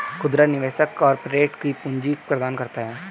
खुदरा निवेशक कारपोरेट को पूंजी प्रदान करता है